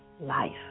life